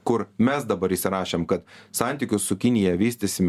kur mes dabar įsirašėm ka santykius su kinija vystysim